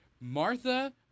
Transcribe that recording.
Martha